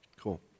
Cool